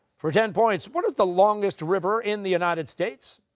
for ten points what is the longest river in the united states?